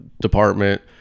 department